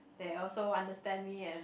they also understand me and